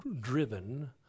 driven